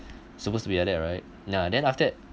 supposed to be like that right ya then after that